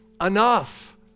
enough